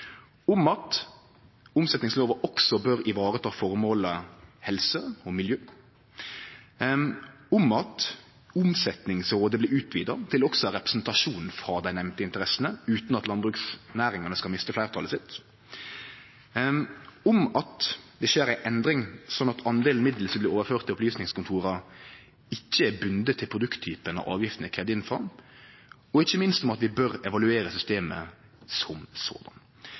om at omsetningslova også bør vareta formålet om helse og miljø Omsetningsrådet blir utvida til også å ha representasjon frå dei nemnde interessene utan at landbruksnæringane skal miste fleirtalet sitt det skjer ei endring, sånn at delen av midlar som blir overførte til opplysningskontora, ikkje er bundne til produkttypen som avgiftene er kravde inn frå, og ikkje minst formålet om at vi bør evaluere systemet